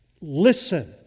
Listen